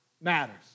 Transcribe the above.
matters